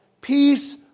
Peace